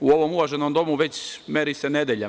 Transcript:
u ovom uvaženom domu, već se meri nedeljama.